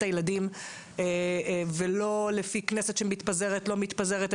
הילדים ולא קשור לכך שהכנסת מתפזרת או לא מתפזרת.